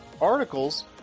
articles